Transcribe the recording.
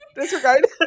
Disregard